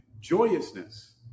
Joyousness